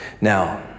Now